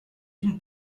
une